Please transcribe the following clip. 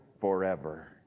forever